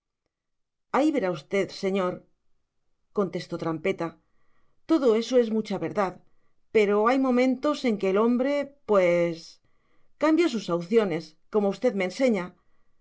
ahí verá usted señor contestó trampeta todo eso es mucha verdad pero hay momentos en que el hombre pues cambia sus auciones como usted me enseña